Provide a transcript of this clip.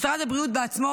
משרד הבריאות בעצמו,